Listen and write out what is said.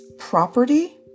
property